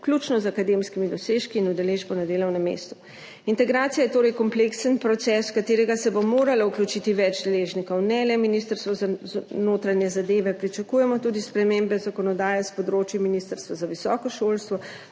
vključno z akademskimi dosežki in udeležbo na delovnem mestu. Integracija je torej kompleksen proces, v katerega se bo moralo vključiti več deležnikov, ne le Ministrstvo za notranje zadeve. Pričakujemo tudi spremembe zakonodaje s področja ministrstev za visoko šolstvo,